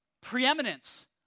preeminence